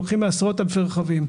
לוקחים מעשרות-אלפי רכבים.